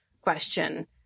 question